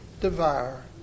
devour